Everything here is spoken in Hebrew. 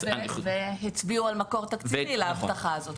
והצביעו על מקור תקציבי לאבטחה הזאת.